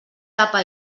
tapa